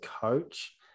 coach